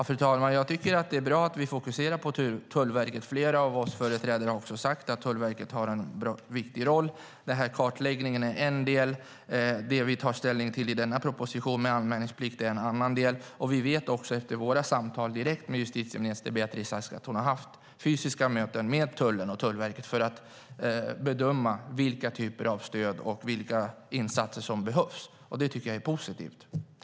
Fru talman! Jag tycker att det är bra att vi fokuserar på Tullverket. Flera av oss företrädare har också sagt att Tullverket har en viktig roll. Denna kartläggning är en del. Det som vi tar ställning till i denna proposition när det gäller anmälningsplikt är en annan del. Vi vet också efter våra samtal direkt med justitieminister Beatrice Ask att hon har haft fysiska möten med tullen och Tullverket för att bedöma vilka typer av stöd och vilka insatser som behövs. Det tycker jag är positivt.